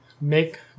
make